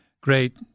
great